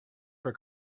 for